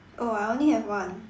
oh I only have one